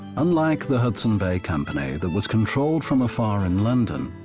unlike the hudson's bay company, that was controlled from afar in london,